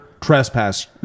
trespass